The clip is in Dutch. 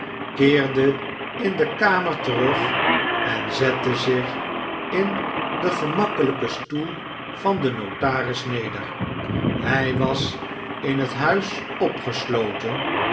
keerde in de kamer terug en zette zich in dengemakkelijken stoel van den notaris neder hg was in het huis opgesloten